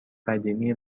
قدیمی